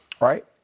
right